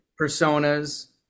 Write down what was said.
personas